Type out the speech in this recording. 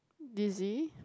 dizzy